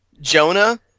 Jonah